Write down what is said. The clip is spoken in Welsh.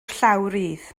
llawrydd